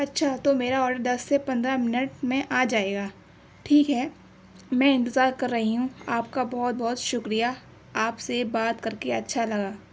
اچھا تو میرا آڈر دس سے پندرہ منٹ میں آ جائے گا ٹھیک ہے میں انتظار کر رہی ہوں آپ کا بہت بہت شکریہ آپ سے بات کر کے اچھا لگا